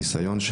הניסיון,